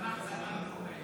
שתמכת גם בחוק הלאום.